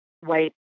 white